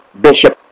Bishop